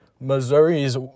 Missouri's